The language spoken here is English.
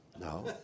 no